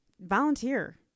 volunteer